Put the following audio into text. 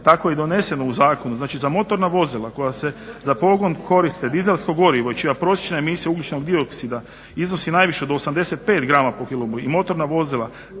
Tako je i doneseno u zakonu, znači za motorna vozila koja se za pogon koriste dizelsko gorivo i čija prosječna emisija ugljičnog dioksida iznosi najviše do 85 grama po kilogramu i motorna vozila